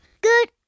Good